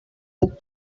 puc